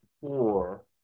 four